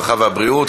הרווחה והבריאות,